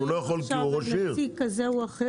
הוא לא יכול כי הוא ראש עיר?